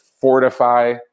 fortify